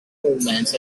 movements